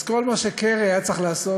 אז כל מה שקרי היה צריך לעשות,